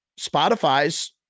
Spotify's